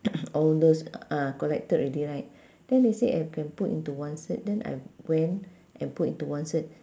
all those ah collected already right then they said I can put into one cert then I went and put into one cert